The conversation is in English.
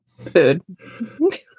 food